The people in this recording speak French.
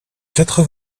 quatre